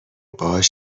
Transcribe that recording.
باهاش